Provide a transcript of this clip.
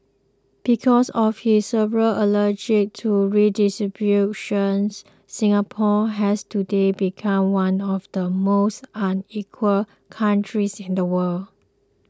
because of his several allergy to redistribution's Singapore has today become one of the most unequal countries in the world